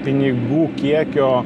pinigų kiekio